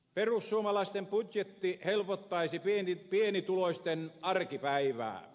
perussuomalaisten budjetti helpottaisi pienituloisten arkipäivää